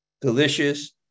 delicious